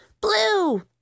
Blue